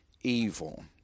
evil